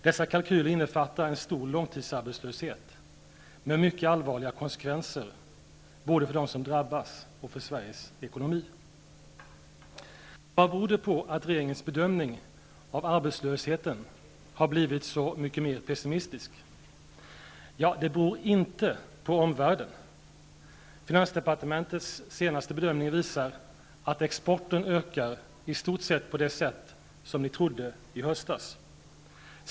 Dessa kalkyler innefattar en stor långtidsarbetslöshet med mycket allvarliga konsekvenser både för dem som drabbas och för Vad beror det på att regeringens bedömning av arbetslösheten har blivit så mycket mer pessimistisk? Ja, det beror inte på omvärlden. Finansdepartementets senaste bedömning visar att exporten ökar i stort sett på det sätt som ni trodde i höstas.